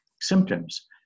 symptoms